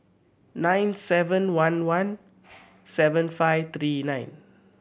nine seven one one seven five three nine